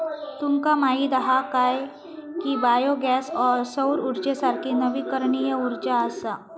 तुमका माहीत हा काय की बायो गॅस सौर उर्जेसारखी नवीकरणीय उर्जा असा?